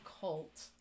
Cult